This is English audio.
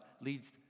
leads